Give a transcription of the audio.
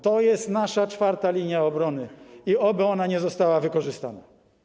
To jest nasza czwarta linia obrony i oby ona nie została wykorzystana.